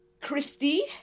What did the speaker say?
Christy